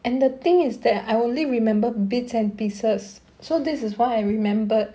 and the thing is that I only remember bits and pieces so this is why I remembered